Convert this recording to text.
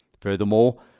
Furthermore